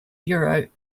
bureau